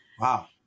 Wow